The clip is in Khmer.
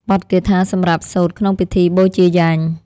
បទគាថាសម្រាប់សូត្រក្នុងពិធីបូជាយញ្ញ។